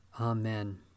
Amen